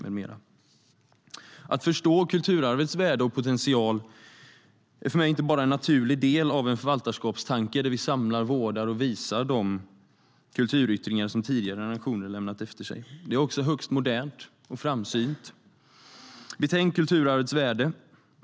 STYLEREF Kantrubrik \* MERGEFORMAT Kultur, medier, trossamfund och fritidBetänk kulturarvets värde!